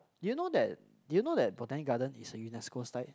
did you know that did you know that Botanic-Garden is a Unesco site